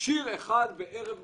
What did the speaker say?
שיר אחד בערב מסוים?